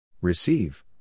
Receive